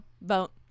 Vote